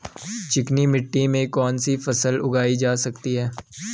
चिकनी मिट्टी में कौन सी फसल उगाई जा सकती है?